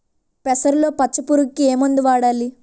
పెసరలో పచ్చ పురుగుకి ఏ మందు వాడాలి?